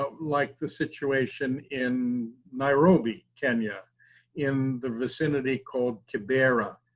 ah like the situation in nairobi kenya in the vicinity called kibera,